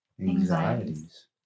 anxieties